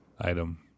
item